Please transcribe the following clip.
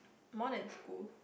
more than school